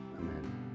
amen